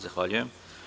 Zahvaljujem.